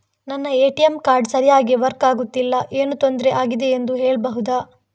ನನ್ನ ATM card ಸರಿಯಾಗಿ work ಆಗುತ್ತಿಲ್ಲ, ಏನು ತೊಂದ್ರೆ ಆಗಿದೆಯೆಂದು ಹೇಳ್ಬಹುದಾ?